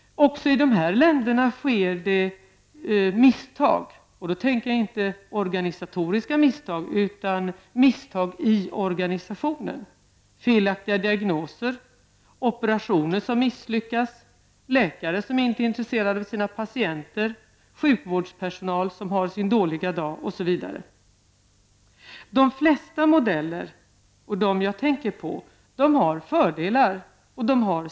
Även i dessa länder sker det misstag. Jag tänker då inte på organisatoriska misstag, utan på misstag i organisationen: felaktiga diagnoser, operationer som misslyckas, läkare som inte är intresserade av sina patienter, sjukvårdspersonal som har sin dåliga dag osv. De flesta modeller, och de jag tänker på, har sina fördelar och nackdelar.